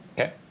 Okay